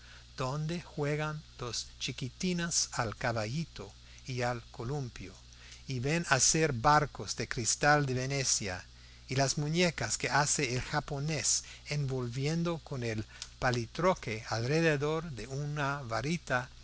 donde juegan los chiquitines al caballito y al columpio y ven hacer barcos de cristal de venecia y las muñecas que hace el japonés envolviendo con el palitroque alrededor de una varita